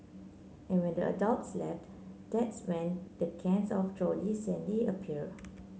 and when the adults left that's when the cans of Jolly Shandy appear